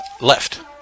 left